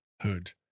Hood